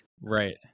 right